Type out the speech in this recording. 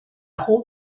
hold